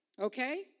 Okay